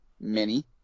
mini